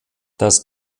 das